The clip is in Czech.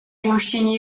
vyhoštění